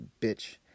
bitch